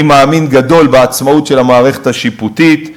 אני מאמין גדול מאוד בעצמאות של המערכת השיפוטית.